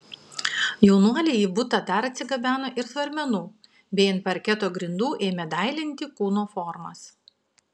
jaunuoliai į butą dar atsigabeno ir svarmenų bei ant parketo grindų ėmė dailinti kūno formas